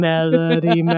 Melody